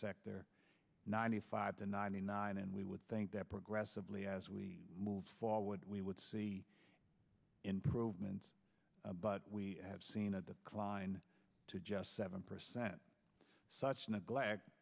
sector ninety five to ninety nine and we would think that progressively as we move forward we would see improvements but we have seen a decline to just seven percent such neglect